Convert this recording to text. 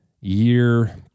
year